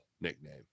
nickname